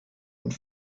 und